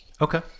okay